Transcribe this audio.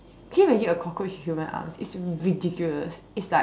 can you imagine a cockroach with human arms it's ridiculous it's like